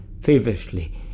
Feverishly